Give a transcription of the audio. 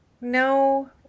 no